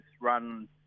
run